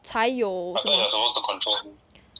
才有什么